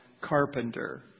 Carpenter